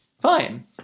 Fine